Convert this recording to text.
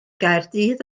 gaerdydd